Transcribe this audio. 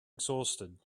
exhausted